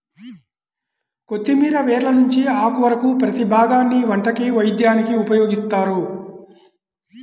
కొత్తిమీర వేర్ల నుంచి ఆకు వరకు ప్రతీ భాగాన్ని వంటకి, వైద్యానికి ఉపయోగిత్తారు